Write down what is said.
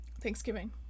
thanksgiving